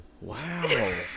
Wow